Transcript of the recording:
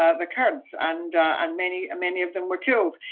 ah the kurds and and many many of them were killed.